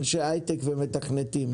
אנשיי הייטק ומתכנתים.